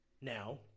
now